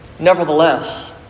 Nevertheless